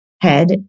head